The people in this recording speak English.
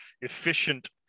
efficient